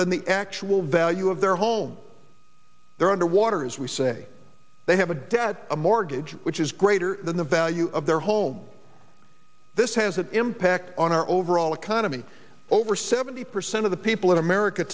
than the actual value of their home they're underwater as we say they have a debt a mortgage which is greater than the value of their home this has an impact on our overall economy over seventy percent of the people in america